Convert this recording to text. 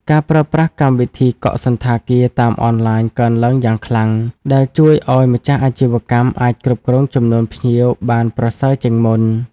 ការប្រើប្រាស់កម្មវិធីកក់សណ្ឋាគារតាមអនឡាញកើនឡើងយ៉ាងខ្លាំង ដែលជួយឱ្យម្ចាស់អាជីវកម្មអាចគ្រប់គ្រងចំនួនភ្ញៀវបានប្រសើរជាងមុន។